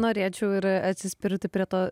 norėčiau ir atsispirti prie to